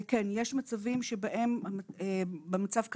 וכן, יש מצבים שבהם במצב כזה,